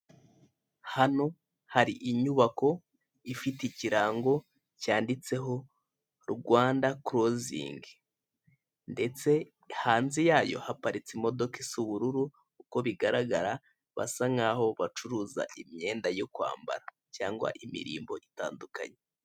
Hano hari inyubako ifite ikirango cyanditseho Rwanda korozingi ndetse hanze yayo haparitse imodoka isa ubururu, uko bigaragara basa nkaho bacuruza imyenda yo kwambara cyangwa imirimbo itandukanye.